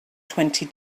twenty